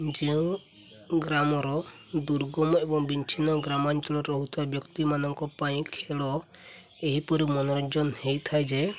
ଯେଉଁ ଗ୍ରାମର ଦୁର୍ଗମ ଏବଂ ବିଛିନ୍ନ ଗ୍ରାମାଞ୍ଚଳରେ ରହୁଥିବା ବ୍ୟକ୍ତିମାନଙ୍କ ପାଇଁ ଖେଳ ଏହିପରି ମନୋରଞ୍ଜନ ହେଇଥାଏ ଯେ